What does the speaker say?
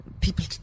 people